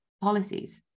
policies